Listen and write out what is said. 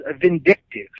vindictive